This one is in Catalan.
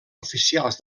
oficials